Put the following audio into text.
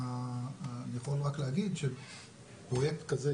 אני יכול רק להגיד שפרויקט כזה